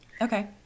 Okay